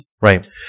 Right